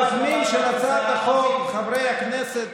חברי הכנסת,